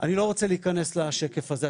לא רוצה להיכנס לשקף הזה,